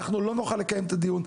אנחנו לא נוכל לקיים את הדיון.